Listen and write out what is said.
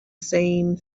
same